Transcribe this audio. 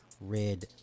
red